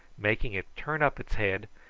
making it turn up its head,